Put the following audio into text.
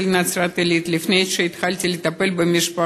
נצרת-עילית לפני שהתחלתי לטפל במשפחה.